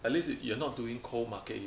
at least you you're not doing cold market you